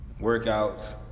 Workouts